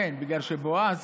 כן, בגלל שאת בועז